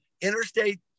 Interstate